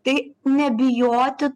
tai nebijoti